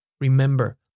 Remember